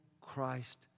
Christ